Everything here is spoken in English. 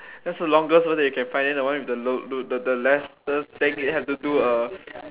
what's the longest verse that you can find and the one with the low~ low~ the the less have to do a